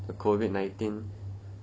the COVID nineteen